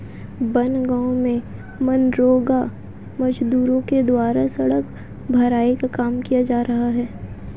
बनगाँव में मनरेगा मजदूरों के द्वारा सड़क भराई का काम किया जा रहा है